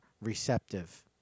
receptive